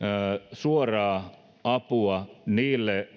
suoraa apua niille